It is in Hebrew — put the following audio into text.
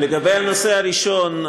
לגבי הנושא הראשון,